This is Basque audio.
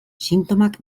sintomak